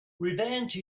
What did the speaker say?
revenge